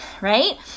right